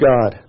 God